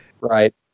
Right